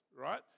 right